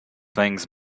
things